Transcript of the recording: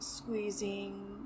Squeezing